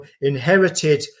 inherited